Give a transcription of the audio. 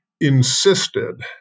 insisted